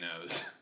knows